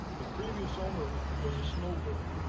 the previous owner was a snowbird.